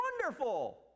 wonderful